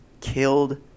killed